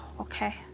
Okay